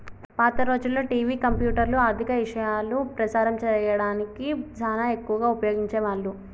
పాత రోజుల్లో టివి, కంప్యూటర్లు, ఆర్ధిక ఇశయాలు ప్రసారం సేయడానికి సానా ఎక్కువగా ఉపయోగించే వాళ్ళు